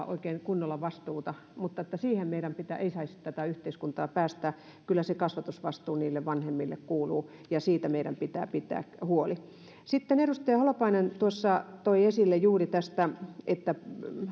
oikein kunnolla vastuuta siihen ei saisi tätä yhteiskuntaa päästää kyllä se kasvatusvastuu niille vanhemmille kuuluu ja siitä meidän pitää pitää huoli sitten edustaja holopainen tuossa toi esille juuri tämän että